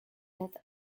death